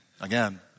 Again